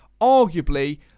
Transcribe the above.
Arguably